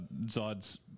Zod's